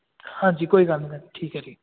ਹਾਂਜੀ ਕੋਈ ਗੱਲ ਨਹੀਂ ਮੈਮ ਠੀਕ ਹੈ ਜੀ